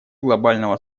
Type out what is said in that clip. глобального